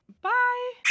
Bye